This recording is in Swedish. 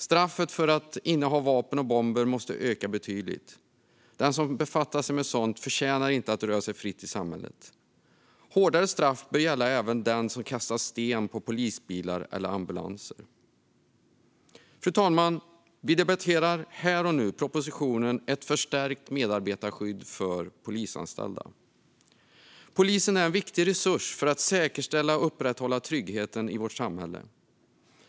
Straffet för att inneha vapen och bomber måste bli betydligt hårdare. Den som befattar sig med sådant förtjänar inte att röra sig fritt i samhället. Hårdare straff bör gälla även den som kastar sten på polisbilar eller ambulanser. Fru talman! Vi debatterar här och nu propositionen Ett förstärkt medarbetarskydd för polisanställda . Polisen är en viktig resurs för att säkerställa och upprätthålla tryggheten i vårt samhälle.